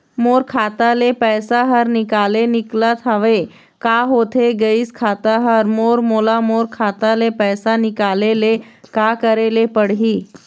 मोर खाता ले पैसा हर निकाले निकलत हवे, का होथे गइस खाता हर मोर, मोला मोर खाता ले पैसा निकाले ले का करे ले पड़ही?